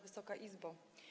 Wysoka Izbo!